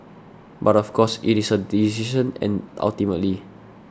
but of course it is her decision and ultimately